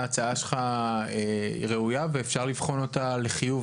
ההצעה שלך ראויה ואפשר לבחון אותה לחיוב